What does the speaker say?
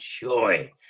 joy